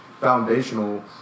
foundational